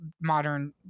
modern